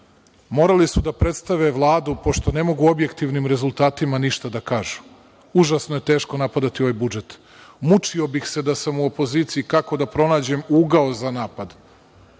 Morali su da prestave Vladu, pošto ne mogu objektivnim rezultatima ništa da kažu, užasno je teško napadati ovaj budžet. Mučio bih se da sam u opoziciji kako da pronađem ugao za napad.